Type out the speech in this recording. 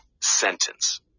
sentence